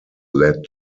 led